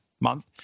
month